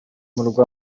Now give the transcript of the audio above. murwa